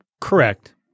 Correct